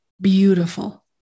beautiful